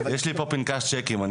יש לי פה פנקס צ'קים.